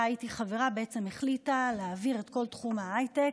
הייתי חברה החליטה להעביר את כל תחום ההייטק,